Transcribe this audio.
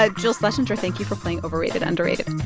ah jill schlesinger, thank you for playing overrated underrated